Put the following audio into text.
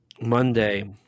Monday